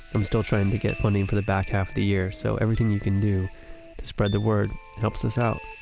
i'm still trying to get funding for the back half of the year, so everything you can do to spread the word helps us out.